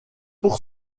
pour